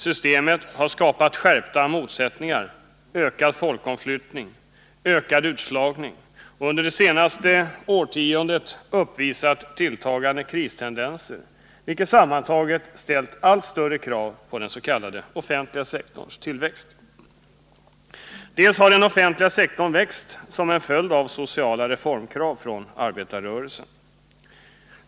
Systemet har skapat skärpta motsättningar, ökad folkomflyttning och ökad utslagning samt har under det senaste årtiondet uppvisat tilltagande kristendenser, vilket sammantaget ställt allt större krav på den s.k. offentliga sektorns tillväxt. Delvis har den offentliga sektorn växt som en följd av sociala reformkrav från arbetarrörelsen.